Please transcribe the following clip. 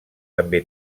també